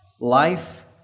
Life